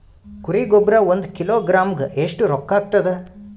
ಕುರಿ ಗೊಬ್ಬರ ಒಂದು ಕಿಲೋಗ್ರಾಂ ಗ ಎಷ್ಟ ರೂಕ್ಕಾಗ್ತದ?